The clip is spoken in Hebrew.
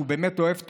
שהוא באמת אוהב תורה,